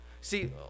See